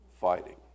fighting